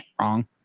Wrong